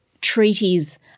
treaties